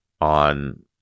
on